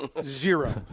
zero